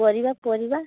ପରିବା ପରିବା